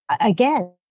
again